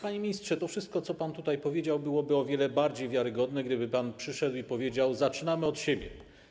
Panie ministrze, to wszystko, co pan tutaj powiedział, byłoby o wiele bardziej wiarygodne, gdyby pan przyszedł i powiedział: Zaczynamy od siebie.